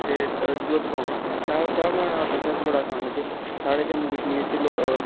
ते दुद्ध पाई ओड़ना ते चाह् बनाने दा प्रासैस बड़ा आसान ऐ ते साढ़े जम्मू कश्मीर च लोक